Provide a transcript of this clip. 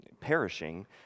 perishing